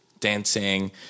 dancing